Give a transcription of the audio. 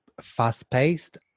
fast-paced